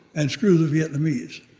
and screw the vietnamese.